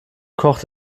kocht